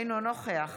אינו נוכח